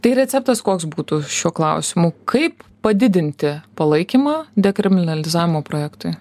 tai receptas koks būtų šiuo klausimu kaip padidinti palaikymą dekriminalizavimo projektui